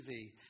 TV